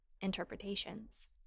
interpretations